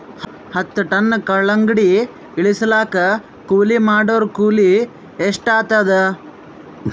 ಹತ್ತ ಟನ್ ಕಲ್ಲಂಗಡಿ ಇಳಿಸಲಾಕ ಕೂಲಿ ಮಾಡೊರ ಕೂಲಿ ಎಷ್ಟಾತಾದ?